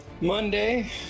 Monday